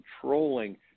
controlling